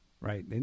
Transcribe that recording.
Right